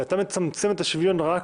ומצמצמים את השוויון רק